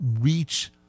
reach